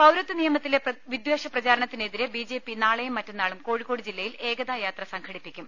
പൌരത്വനിയമത്തിലെ വിദ്വേഷ പ്രചാരണത്തിനെതിരെ ബിജെപി നാളെയും മറ്റന്നാളും കോഴിക്കോട് ജില്ലയിൽ ഏകതായാത്ര സ്ംഘടിപ്പിക്കും